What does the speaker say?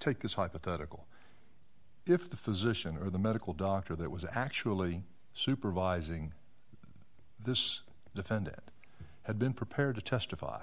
take this hypothetical if the physician or the medical doctor that was actually supervising this defendant had been prepared to testify